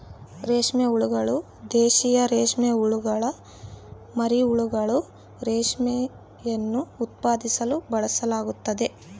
ರೇಷ್ಮೆ ಹುಳುಗಳು, ದೇಶೀಯ ರೇಷ್ಮೆಹುಳುಗುಳ ಮರಿಹುಳುಗಳು, ರೇಷ್ಮೆಯನ್ನು ಉತ್ಪಾದಿಸಲು ಬಳಸಲಾಗ್ತತೆ